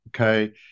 okay